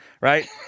right